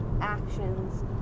actions